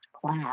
class